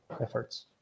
efforts